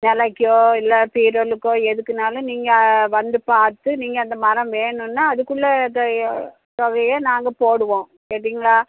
நிலைக்கோ இல்லை பீரோளுக்கோ எதுக்குனாலும் நீங்கள் வந்து பார்த்து நீங்கள் அந்த மரம் வேணுன்னா அதுக்குள்ள தேவையோ தேவையை நாங்கள் போடுவோம் கேட்டீங்களா